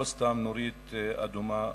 ולא סתם נורית אדומה,